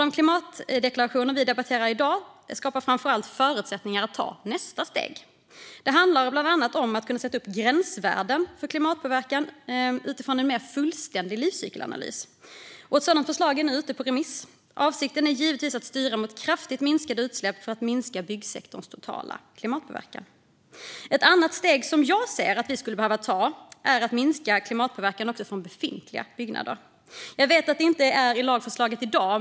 De klimatdeklarationer vi debatterar i dag skapar framför allt förutsättningar för att ta nästa steg. Det handlar bland annat om att kunna sätta upp gränsvärden för klimatpåverkan utifrån en mer fullständig livscykelanalys. Ett sådant förslag är nu ute på remiss. Avsikten är givetvis att styra mot kraftigt minskade utsläpp för att minska byggsektorns totala klimatpåverkan. Ett annat steg som jag ser att vi skulle behöva ta är att minska klimatpåverkan också från befintliga byggnader. Jag vet att det inte finns i lagförslaget i dag.